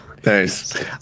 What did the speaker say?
Thanks